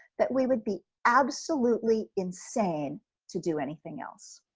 that we would be absolutely insane to do anything else.